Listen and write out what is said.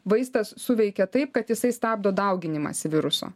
vaistas suveikia taip kad jisai stabdo dauginimąsi viruso